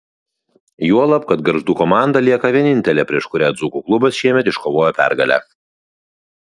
juolab kad gargždų komanda lieka vienintelė prieš kurią dzūkų klubas šiemet iškovojo pergalę